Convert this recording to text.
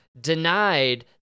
denied